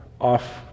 off